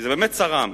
כי זה באמת צרם.